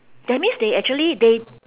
that means they actually they